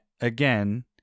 again